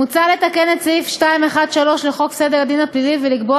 מוצע לתקן את סעיף 213 לחוק סדר הדין הפלילי ולקבוע